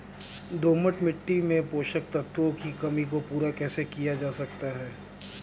दोमट मिट्टी में पोषक तत्वों की कमी को पूरा कैसे किया जा सकता है?